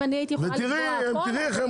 את תראי איך הם